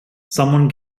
someone